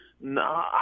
No